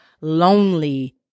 lonely